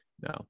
No